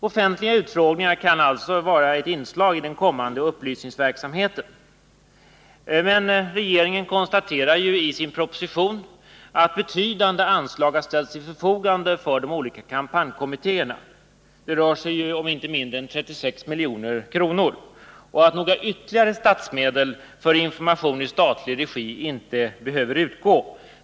Offentliga utfrågningar kan alltså bli ett inslag i den kommande upplysningsverksamheten. Regeringen konstaterar emellertid i sin proposition att betydande anslag har ställts till de olika kampanjkommittéernas förfogande — det rör sig om inte mindre än 36 milj.kr. — och att ytterligare statliga medel för information i statlig regi inte behöver utgå.